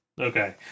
Okay